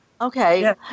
Okay